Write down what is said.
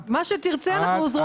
מה שתרצה אנחנו עוזרות לך.